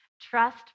Trust